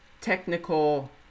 technical